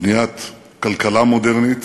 בניית כלכלה מודרנית